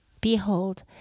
Behold